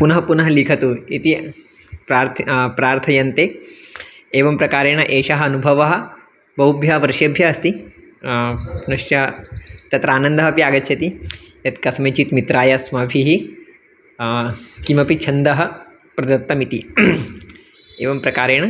पुनः पुनः लिखतु इति प्रार्थयन्ति प्रार्थयन्ति एवं प्रकारेण एषः अनुभवः बहुभ्यः वर्षेभ्यः अस्ति पुनश्च तत्र आनन्दः अपि आगच्छति यत् कस्मैचित् मित्राय अस्माभिः किमपि छन्दः प्रदत्तम् इति एवं प्रकारेण